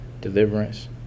deliverance